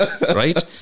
right